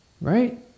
right